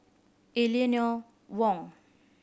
Eleanor Wong